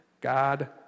God